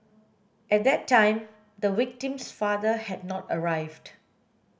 at that time the victim's father had not arrived